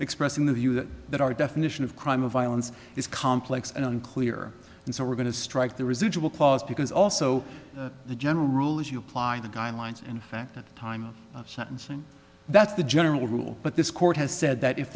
expressing the view that that our definition of crime of violence is complex and unclear and so we're going to strike the residual clause because also the general rule is you apply the guidelines in fact at time of sentencing that's the general rule but this court has said that if